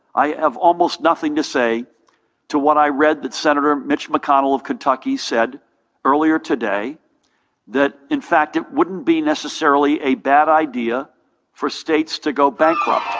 i have almost nothing to say to what i read that senator mitch mcconnell of kentucky said earlier today that, in fact, it wouldn't be necessarily a bad idea for states to go bankrupt,